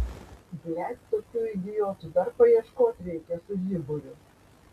blet tokių idiotų dar paieškot reikia su žiburiu